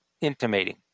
intimating